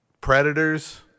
predators